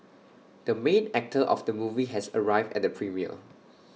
the main actor of the movie has arrived at the premiere